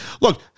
look